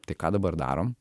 tai ką dabar darom